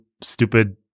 stupid